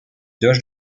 doge